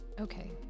Okay